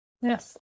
Yes